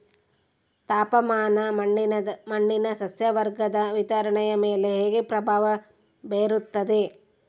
ತಾಪಮಾನ ಮಣ್ಣಿನ ಸಸ್ಯವರ್ಗದ ವಿತರಣೆಯ ಮೇಲೆ ಹೇಗೆ ಪ್ರಭಾವ ಬೇರುತ್ತದೆ?